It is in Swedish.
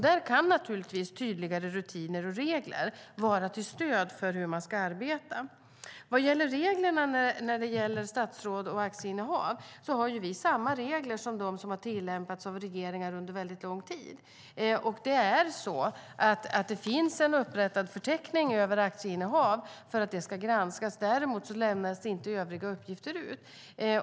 Där kan naturligtvis tydligare rutiner och regler vara till stöd för hur man ska arbeta. Vad gäller reglerna när det gäller statsråd och aktieinnehav har vi samma regler som har tillämpats av regeringar under väldigt lång tid. Det finns en upprättad förteckning över aktieinnehav, för att det ska granskas. Däremot lämnas inte övriga uppgifter ut.